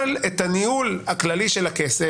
אבל את ניהול הכללי של הכסף,